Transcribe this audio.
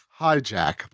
hijack